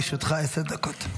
בבקשה, לרשותך עשר דקות.